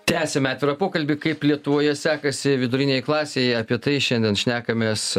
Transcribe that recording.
tęsiame pokalbį kaip lietuvoje sekasi vidurinei klasei apie tai šiandien šnekamės